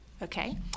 Okay